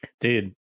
Dude